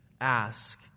ask